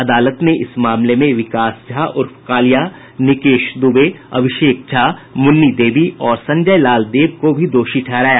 अदालत ने इस मामले में विकास झा उर्फ कालिया निकेश दुबे अभिषेक झा मुन्नी देवी और संजय लाल देव को भी दोषी ठहराया